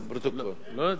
לא.